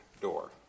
door